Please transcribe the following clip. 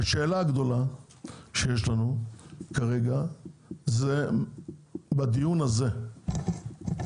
השאלה הגדולה שיש לנו כרגע זה בדיון הזה,